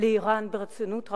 לאירן ברצינות רבה,